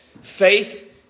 Faith